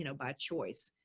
you know by choice